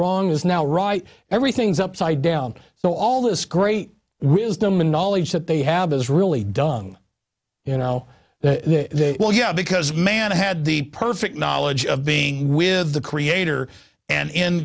wrong is now right everything's upside down so all this great wisdom and knowledge that they have is really dung you know well yeah because man had the perfect knowledge of being with the creator and in